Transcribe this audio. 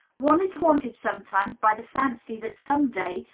one is haunted sometimes by the fancy that some day,